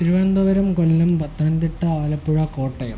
Thiruvananthapuram Kollam Pathanamthitta Alappuzha Kottayam